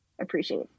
Appreciate